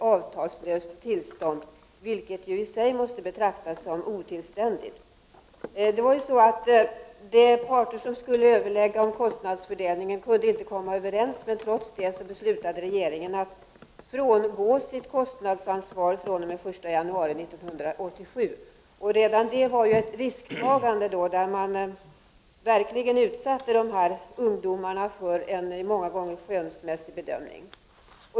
Gt avtalslöst tillstånd, vilket ju i sig måste betraktas som otillständigt. De parter som skulle överlägga om kostnadsfördelningen kunde ju inte komma överens, men trots det beslutade regeringen att frångå sitt kostnadsansvar från den 1 januari 1987. Redan det var ett risktagande varigenom dessa ungdomar verkligen utsattes för en många gånger skönsmässig bedömning.